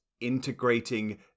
integrating